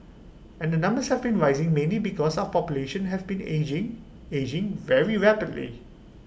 and the numbers have been rising mainly because of population has been ageing ageing very rapidly